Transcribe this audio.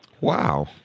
Wow